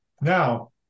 now